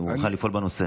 האם הוא יוכל לפעול בנושא?